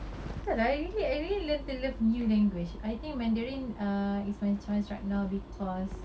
betul lah I I really learn to love new language I think mandarin err is my choice right now because